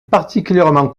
particulièrement